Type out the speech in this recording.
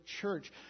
church